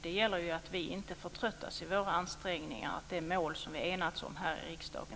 Det gäller att vi inte förtröttas i våra ansträngningar att nå de mål som vi enats om här i riksdagen.